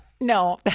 No